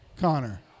Connor